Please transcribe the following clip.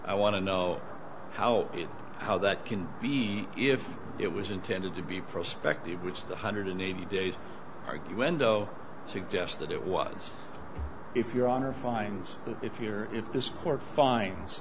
i want to know how it how that can be if it was intended to be prospective which the hundred eighty days argue window suggest that it was if your honor finds if you are if this court finds